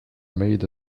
made